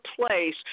place